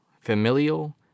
familial